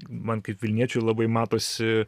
man kaip vilniečiui labai matosi